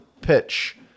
pitch